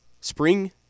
spring